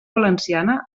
valenciana